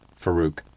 Farouk